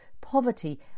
poverty